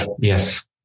Yes